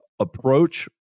approach